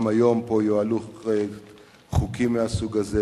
גם היום יעלו פה חוקים מהסוג הזה,